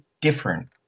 different